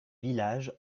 village